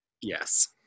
yes